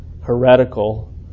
heretical